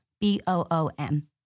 B-O-O-M